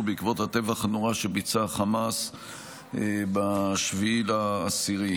בעקבות הטבח הנורא שביצע חמאס ב-7 באוקטובר.